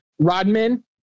Rodman